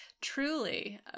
Truly